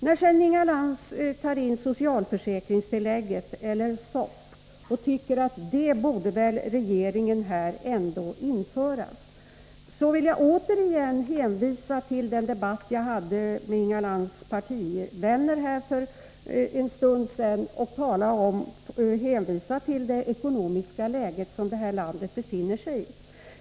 När sedan Inga Lantz tar upp socialförsäkringstillägget, SOFT, och tycker att regeringen borde införa det vill jag återigen hänvisa till den debatt som jag hade för en stund sedan med Inga Lantz partivänner där jag hänvisade till det ekonomiska läge som detta land befinner sig i.